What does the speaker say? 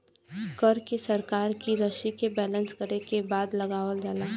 कर के सरकार की रशी के बैलेन्स करे बदे लगावल जाला